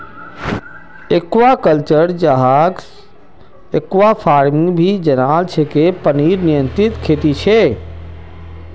aquaculture, जहाक aquafarming भी जनाल जा छे पनीर नियंत्रित खेती छे